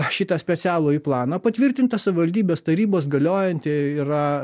šitą specialųjį planą patvirtintą savivaldybės tarybos galiojantį yra